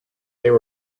there